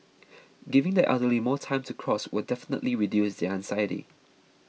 giving the elderly more time to cross will definitely reduce their anxiety